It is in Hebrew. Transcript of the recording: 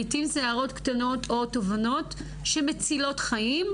יש לעיתים תובנות שהן מצילות חיים,